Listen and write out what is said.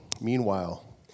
Meanwhile